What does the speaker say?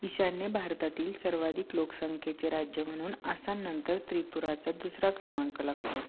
ईशान्य भारतातील सर्वाधिक लोकसंख्येचे राज्य म्हणून आसामनंतर त्रिपुराचा दुसरा क्रमांक लागतो